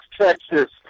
Texas